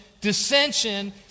dissension